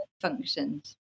functions